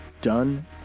done